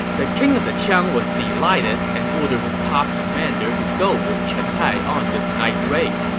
the king of the qiang was delighted and ordered his top commander to go with chen tai on this night raid.